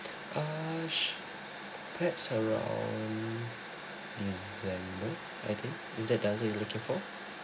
uh sh~ perhaps around december I think is that you're looking for